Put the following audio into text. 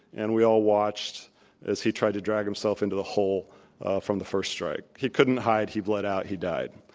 and we all watched as he tried to drag himself into the hole from the first strike. he couldn't hide. he bled out. he died.